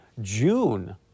June